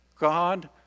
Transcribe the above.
God